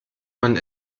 man